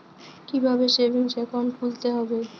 কীভাবে savings account খুলতে হবে?